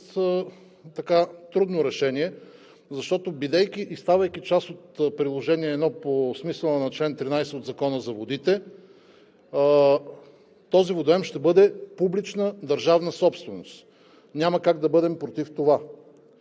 пред трудно решение, защото, бидейки и ставайки част от Приложение № 1 по смисъла на чл. 13 от Закона за водите, този водоем ще бъде публична държавна собственост – няма как да бъдем против това.